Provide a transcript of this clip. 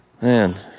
Man